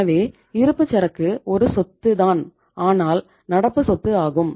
எனவே இருப்புச்சரக்கு ஒரு சொத்து தான் ஆனால் நடப்பு சொத்து ஆகும்